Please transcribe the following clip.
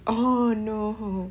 oh no